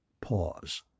Pause